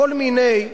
כל מיני,